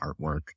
artwork